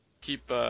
keep